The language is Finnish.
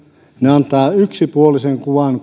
antavat yksipuolisen kuvan